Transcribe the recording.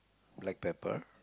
black pepper